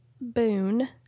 Boone